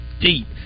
deep